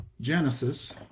Genesis